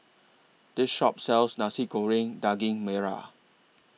This Shop sells Nasi Goreng Daging Merah